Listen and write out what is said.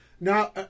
Now